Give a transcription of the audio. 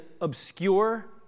obscure